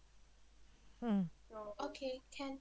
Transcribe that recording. mm okay can